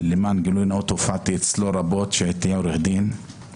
למען גילוי נאות הופעתי אצלו רבות כשהייתי עורך דין,